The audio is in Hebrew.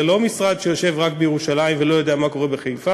זה לא משרד שיושב רק בירושלים ולא יודע מה קורה בחיפה.